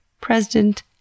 President